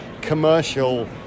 commercial